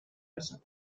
persona